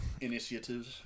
initiatives